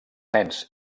nens